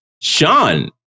Sean